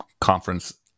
conference